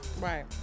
Right